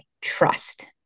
trust